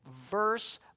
verse